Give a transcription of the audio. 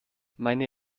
meine